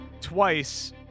twice